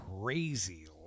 crazy